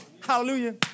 Hallelujah